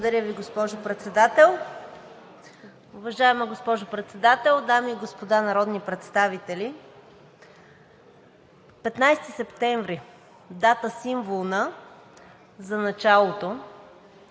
Благодаря Ви, госпожо Председател. Уважаема госпожо Председател, дами и господа народни представители! 15 септември – дата, символна за началото